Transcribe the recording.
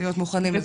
- להיות מוכנים לזה.